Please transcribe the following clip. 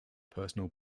personal